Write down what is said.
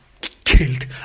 killed